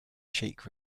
cheek